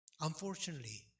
Unfortunately